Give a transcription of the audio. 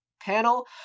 panel